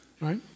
right